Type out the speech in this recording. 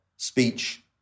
speech